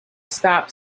stop